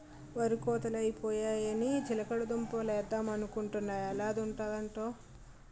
వరి కోతలై పోయాయని చిలకడ దుంప లేద్దమనుకొంటున్నా ఎలా ఉంటదంటావ్?